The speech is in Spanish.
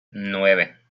nueve